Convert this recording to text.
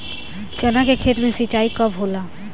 चना के खेत मे सिंचाई कब होला?